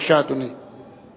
בבקשה, אדוני.